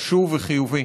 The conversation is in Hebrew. חשוב וחיובי.